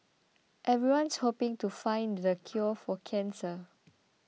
everyone's hoping to find the cure for cancer